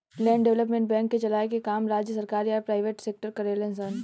land development bank के चलाए के काम राज्य सरकार या प्राइवेट सेक्टर करेले सन